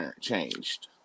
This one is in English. changed